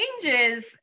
changes